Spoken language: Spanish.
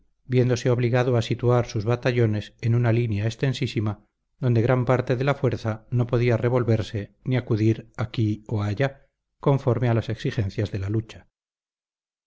viéndose obligado a situar sus batallones en una línea extensísima donde gran parte de la fuerza no podía revolverse ni acudir aquí o allá conforme a las exigencias de la lucha